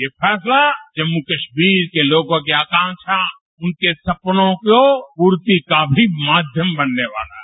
यह फैसला जम्मू कश्मीर केलोगों की आकांक्षा उनके सपनों को पूर्ति का भी माध्यम बनने वाला है